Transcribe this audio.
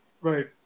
right